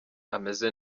ameze